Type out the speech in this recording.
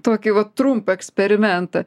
tokį vat trumpą eksperimentą